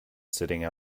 sitting